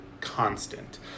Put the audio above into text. constant